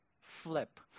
flip